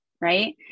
right